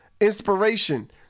inspiration